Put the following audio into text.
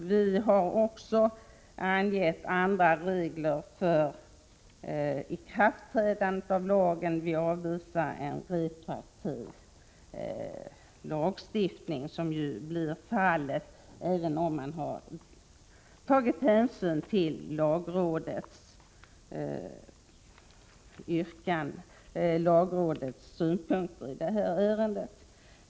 Vi har också angett andra regler för ikraftträdandet av lagen. Vi avvisar en retroaktiv lagstiftning, vilket blir fallet även om man har tagit hänsyn till lagrådets synpunkter i detta ärende.